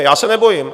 Já se nebojím.